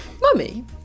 mummy